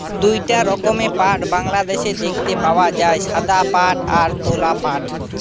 দুইটা রকমের পাট বাংলাদেশে দেখতে পাওয়া যায়, সাদা পাট আর তোষা পাট